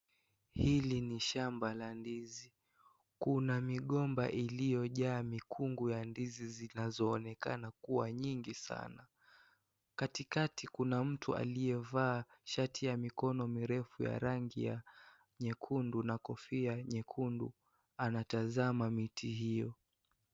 Hili ni shamba la ndizi kuna migomba iliyojaa mikungu ya ndizi zinazooneaka kuwa nyingi sana. Katikati kuna mtu aliyevaa shati ya mikono mirefu ya rangi ya nyekundu na kofia nyekundu. Anatazama miti hio.